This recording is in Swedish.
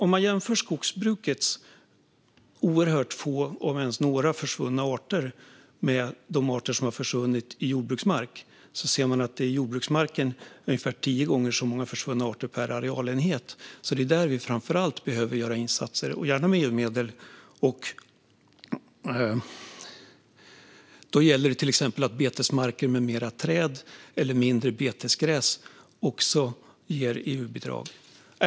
Om man jämför de oerhört få, om ens några, arter som har försvunnit i skogsbruket med antalet arter som har försvunnit på jordbruksmark ser man att jordbruksmarken har ungefär tio gånger så många försvunna arter per arealenhet. Det är alltså där vi framför allt behöver göra insatser, gärna med EU-medel. Då gäller det till exempel att betesmarker med fler träd eller mindre betesgräs också ger EU-bidrag.